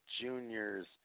juniors